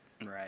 right